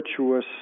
virtuous